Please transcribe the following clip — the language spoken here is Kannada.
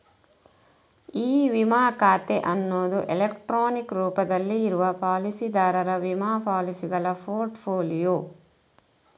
ಇ ವಿಮಾ ಖಾತೆ ಅನ್ನುದು ಎಲೆಕ್ಟ್ರಾನಿಕ್ ರೂಪದಲ್ಲಿ ಇರುವ ಪಾಲಿಸಿದಾರರ ವಿಮಾ ಪಾಲಿಸಿಗಳ ಪೋರ್ಟ್ ಫೋಲಿಯೊ